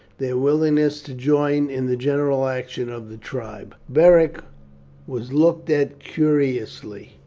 their willingness to join in the general action of the tribe. beric was looked at curiously.